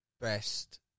best